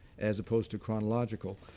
as opposed to chronological.